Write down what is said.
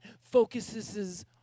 focuses